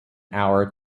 hour